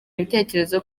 ibitekerezo